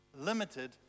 limited